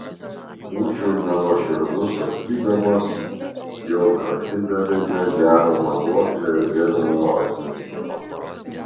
būčiau nenuoširdus sakydamas jog atidavėme deramą duoklę zenono atminimui